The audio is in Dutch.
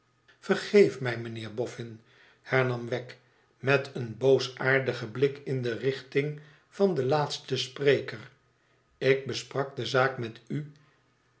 vergeef mij mijnheer bofhn hernam wegg met een boosaardigen blik in de richting van den laatsten spreker ik besprak de zaak met u